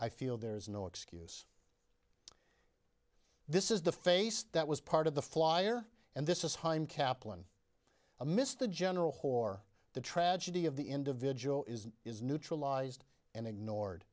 i feel there is no excuse this is the face that was part of the flyer and this is haim kaplan a missed the general hoar the tragedy of the individual is is neutralized and ignored